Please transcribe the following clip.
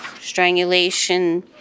strangulation